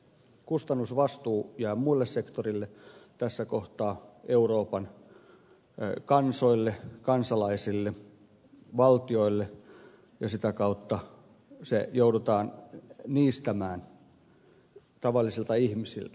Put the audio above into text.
kustannusvastuu jää muille sektoreille tässä kohtaa euroopan kansoille kansalaisille valtioille ja sitä kautta se joudutaan niistämään tavallisilta ihmisiltä